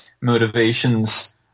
motivations